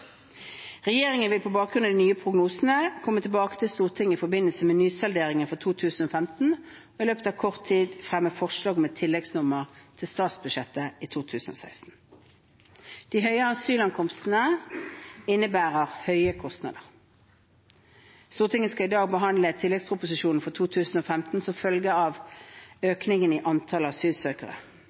Regjeringen vil på bakgrunn av de nye prognosene komme tilbake til Stortinget i forbindelse med nysalderingen for 2015 og i løpet av kort tid fremme forslag om tilleggsnummer til statsbudsjettet for 2016. De høye asylankomstene innebærer høye kostnader. Stortinget skal i dag behandle tilleggsproposisjonen for 2015 som følge av økningen i antall asylsøkere.